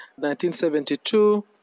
1972